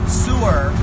sewer